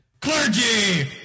Clergy